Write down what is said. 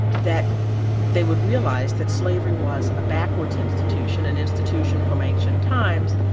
that they would realize that slavery was a backwards institution, an institution from ancient times.